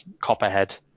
Copperhead